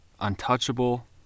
untouchable